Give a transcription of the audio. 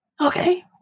Okay